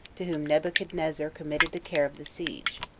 to whom nebuchadnezzar committed the care of the siege,